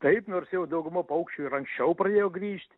taip nors jau dauguma paukščių ir anksčiau pradėjo grįžt